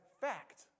fact